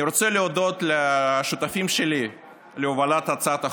אני רוצה להודות לשותפים שלי בהובלת הצעת החוק: